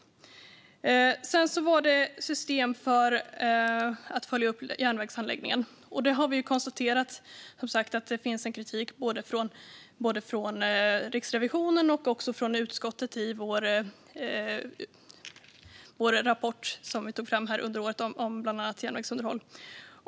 Så till systemet för att följa upp järnvägsanläggningen. Här finns det kritik både från Riksrevisionen och från utskottet i den rapport vi tog fram under året om bland annat järnvägsunderhåll.